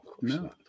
No